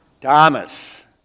Thomas